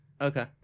Okay